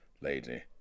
lady